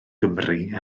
gymru